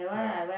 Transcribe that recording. ya